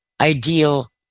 ideal